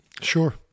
sure